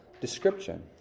description